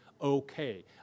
okay